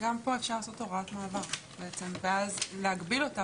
פה אפשר לעשות הוראת מעבר ואז להגביל אותה